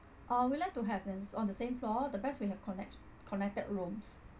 uh we'd like to have as on the same floor the best we have connect~ connected rooms